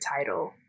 title